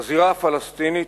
בזירה הפלסטינית,